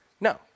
No